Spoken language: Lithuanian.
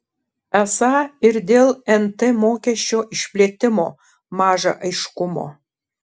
esą ir dėl nt mokesčio išplėtimo maža aiškumo